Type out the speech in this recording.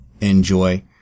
enjoy